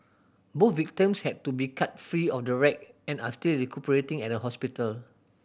both victims had to be cut free of the wreck and are still recuperating at a hospital